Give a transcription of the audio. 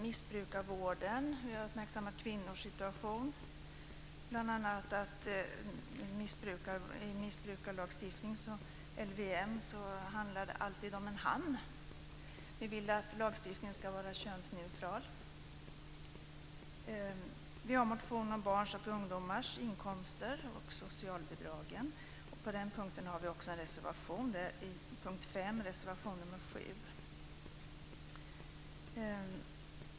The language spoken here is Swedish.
Vi har uppmärksammat kvinnors situation i missbrukarvården. I missbrukarlagstiftningen, LVM, handlar det alltid om en han. Vi vill att lagstiftningen ska vara könsneutral. Vi har en motion om barns och ungdomars inkomster och socialbidragen. I den delen har vi också en reservation under punkt 5, reservation nr 7.